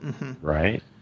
Right